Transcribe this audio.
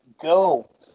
go